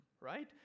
right